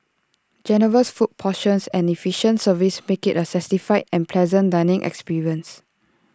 generous food portions and efficient service make IT A satisfied and pleasant dining experience